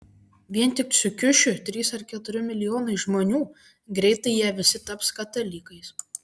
vien tik su kiušiu trys ar keturi milijonai žmonių greitai jie visi taps katalikais